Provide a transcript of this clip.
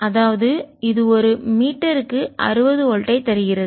அதாவது இது ஒரு மீட்டருக்கு 60 வோல்ட் ஐ தருகிறது